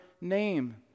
name